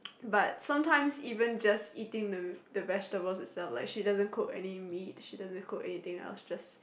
but sometimes even just eating the the vegetables itself like she doesn't cook any meat she doesn't cook anything else just